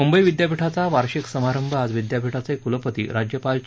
मुंबई विद्यापीठाचा वार्षिक दिक्षांत समारंभ आज विद्यापीठाचे कुलपती राज्यपाल चे